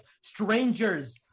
strangers